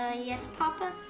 ah yes, papa?